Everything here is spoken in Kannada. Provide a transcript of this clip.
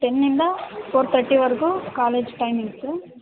ಟೆನ್ನಿಂದ ಫೋರ್ ತಟ್ಟಿವರೆಗೂ ಕಾಲೇಜ್ ಟೈಮಿಂಗ್ಸು